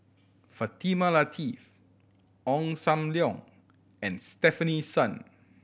Fatimah Lateef Ong Sam Leong and Stefanie Sun